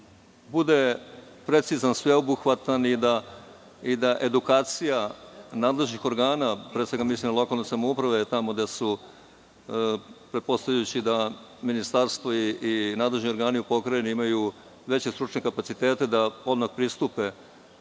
bude precizan, sveobuhvatan i da edukacija nadležnih organa, pre svega mislim na lokalne samouprave tamo gde su, pretpostavljajući da Ministarstvo i nadležni organi u pokrajini imaju veće stručne kapacite, da odmah pristupe